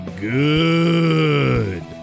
good